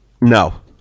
No